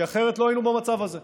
כי אחרת לא היינו במצב הזה.